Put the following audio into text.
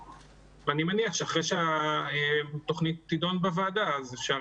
אני מניח שאחרי שהתוכנית תידון בוועדה אז אפשר